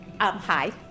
Hi